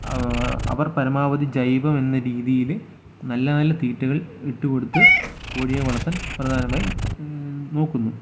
അവർ അവർ പരമാവധി ജൈവമെന്ന രീതീൽ നല്ല നല്ല തീറ്റകൾ ഇട്ട് കൊടുത്ത് കോഴിയെ വളർത്താൻ പ്രധാനമായും നോക്കുന്നു